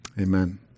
amen